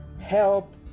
help